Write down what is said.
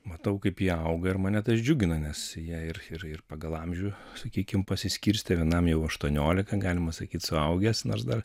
matau kaip jie auga ir mane tas džiugina nes jei ir ir ir pagal amžių sakykim pasiskirstė vienam jau aštuoniolika galima sakyt suaugęs nors dar